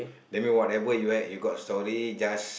that mean whatever you have you got story just